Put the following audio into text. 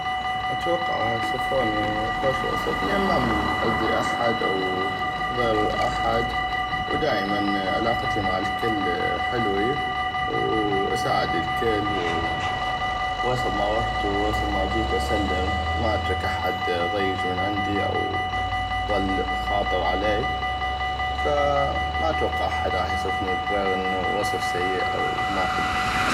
اتوقع غاح يوصفوني خوش وصف لان ما ماذي احد او ضيرر احد ودائمن علاقتي مع الكل حلوي واساعد الكل وويصب ما غحتو وويصب ما جيتو اسلم ما اترك احد ضيج من عندي او ظل خاطر علي فما اتوقع احد غاح يوصفني بانو غيغ وصف سيئ او ما حلو